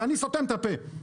ואני סותם את הפה,